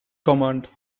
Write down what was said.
command